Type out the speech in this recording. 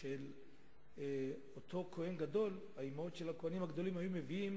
של הכוהנים הגדולים היו מביאות